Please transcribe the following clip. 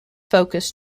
focus